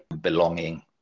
belonging